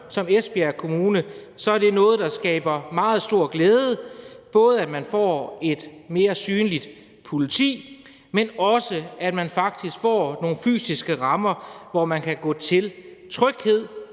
som i Esbjerg Kommune, er det noget, der skaber meget stor glæde, altså både at man får et mere synligt politi, men også at man faktisk får nogle fysiske rammer – steder, hvor man kan gå hen. Tryghed